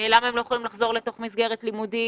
ולמה הם לא יכולים לחזור לתוך מסגרת לימודית,